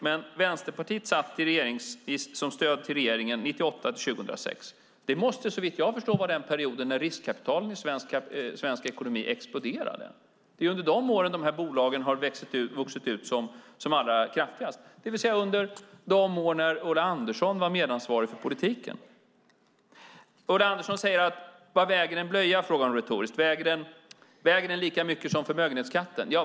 Men Vänsterpartiet satt som stöd till regeringen 1998-2006. Det måste såvitt jag förstår vara den period när riskkapitalen i svensk ekonomi exploderade. Det är under dessa år bolagen växer ut som allra kraftigast, det vill säga under de år när Ulla Andersson var medansvarig för politiken. Ulla Andersson frågar retoriskt: Vad väger en blöja? Väger den lika mycket som förmögenhetsskatten?